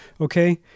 Okay